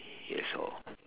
yes all